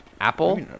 apple